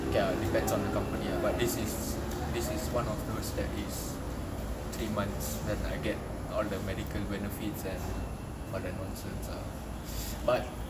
okay ah depends on the company lah but this is this is one of those that is three months then I get all the medical benefits and all that nonsense ah but